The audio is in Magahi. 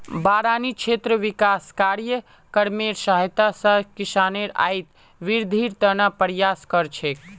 बारानी क्षेत्र विकास कार्यक्रमेर सहायता स किसानेर आइत वृद्धिर त न प्रयास कर छेक